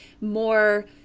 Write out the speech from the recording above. more